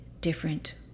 different